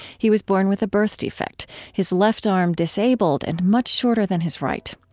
he was born with a birth defect his left arm disabled and much shorter than his right.